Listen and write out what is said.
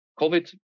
COVID